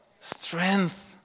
strength